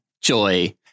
JOY